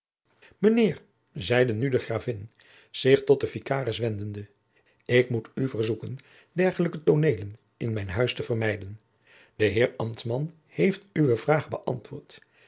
zeide nu de gravin zich tot den vikaris wendende ik moet u verzoeken dergelijke tooneelen in mijn huis te vermijden de heer ambtman heeft uwe vraag bëantwoord